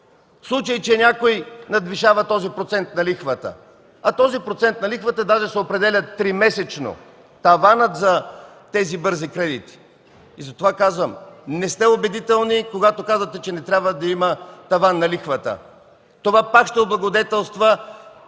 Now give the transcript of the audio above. в случай че някой надвишава този процент на лихвата. А той даже се определя тримесечно – таванът за тези бързи кредити. Затова казвам, че не сте убедителни, когато казвате, че не трябва да има таван на лихвата. Това пак ще облагодетелства